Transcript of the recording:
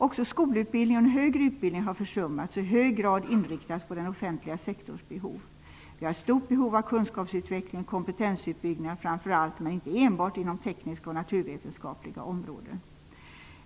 Också skolutbildningen och den högre utbildningen har försummats och i hög grad inriktats på den offentliga sektorns behov. Vi har ett stort behov av kunskapsutveckling och kompetensuppbyggnad inom framför allt, men inte enbart, tekniska och naturvetenskapliga områden.